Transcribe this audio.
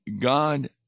God